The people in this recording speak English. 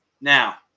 Now